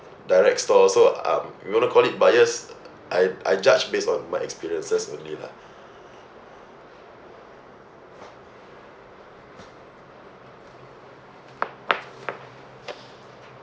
direct store so um you want to call it biased I I judge based on my experiences only lah